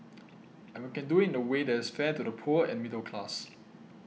and we can do it in a way that is fair to the poor and middle class